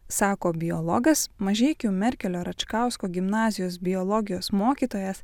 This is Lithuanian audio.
sako biologas mažeikių merkelio račkausko gimnazijos biologijos mokytojas